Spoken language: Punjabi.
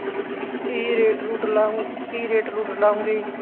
ਹਾਂਜੀ ਕੀ ਰੇਟ ਰੂਟ ਕੀ ਰੇਟ ਰੂਟ ਲਾਓਗੇ ਜੀ